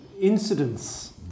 incidents